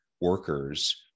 workers